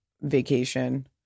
vacation